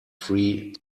free